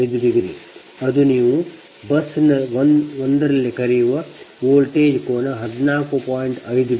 5 ಅದು ನೀವು ಬಸ್ 1 ನಲ್ಲಿ ಕರೆಯುವ ವೋಲ್ಟೇಜ್ ಕೋನ 14